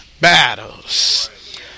Battles